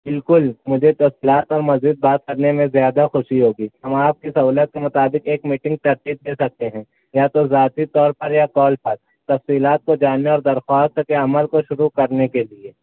بالکل مجھے تفصیلات اور مزید بات کرنے میں زیادہ خوشی ہوگی ہم آپ کی سہولت کے مطابق ایک میٹنگ ترتیب دے سکتے ہیں یا تو ذاتی طور پر یا کال پر تفصیلات کو جاننا اور درخواست کے عمل کو شروع کرنے کے لیے